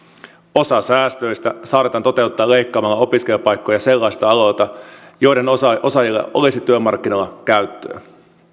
osa säästöistä saatetaan toteuttaa leikkaamalla opiskelijapaikkoja sellaisilta aloilta joiden osaajille olisi työmarkkinoilla käyttöä